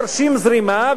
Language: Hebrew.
תרשים זרימה,